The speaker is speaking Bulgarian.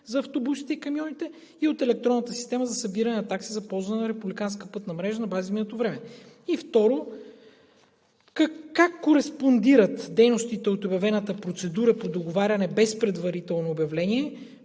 за автобусите и камионите и от електронната система за събиране на такси за ползване на републиканска пътна мрежа на база време? И второ, как кореспондират дейностите от обявената процедура по договаряне без предварително обявление